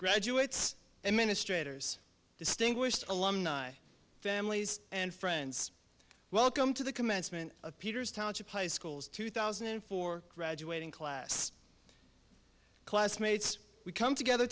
graduates administrators distinguished alumni families and friends welcome to the commencement of peters township high school's two thousand and four graduating class classmates we come together